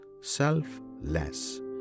selfless